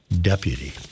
Deputy